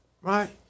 right